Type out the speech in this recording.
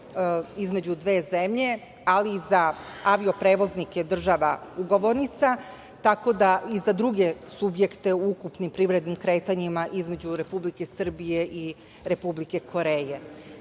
između dve zemlje, ali za avio prevoznike država ugovornica, tako da, i za druge subjekte u ukupnim privrednim kretanjima između Republike Srbije i Republike Koreje.